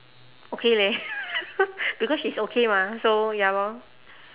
okay leh because she's okay mah so ya lor